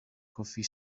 coffee